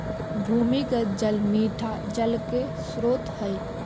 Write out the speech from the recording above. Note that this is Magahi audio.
भूमिगत जल मीठा जल के स्रोत हई